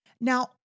Now